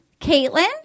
Caitlin